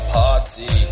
party